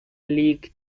league